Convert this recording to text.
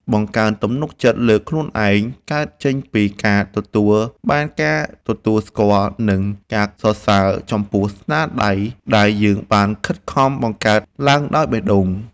បង្កើនទំនុកចិត្តលើខ្លួនឯងកើតចេញពីការទទួលបានការទទួលស្គាល់ និង ការសរសើរចំពោះស្នាដៃដែលយើងបានខិតខំបង្កើតឡើងដោយបេះដូង។